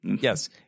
Yes